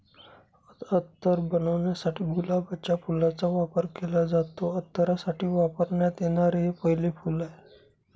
अत्तर बनवण्यासाठी गुलाबाच्या फुलाचा वापर केला जातो, अत्तरासाठी वापरण्यात येणारे हे पहिले फूल आहे